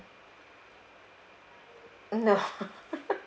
mm no